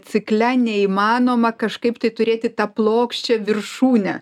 cikle neįmanoma kažkaip tai turėti tą plokščią viršūnę